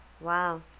Wow